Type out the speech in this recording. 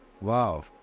Wow